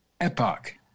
epoch